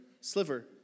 sliver